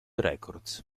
records